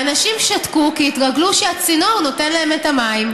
האנשים שתקו, כי התרגלו שהצינור נותן להם את המים.